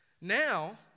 Now